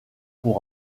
pour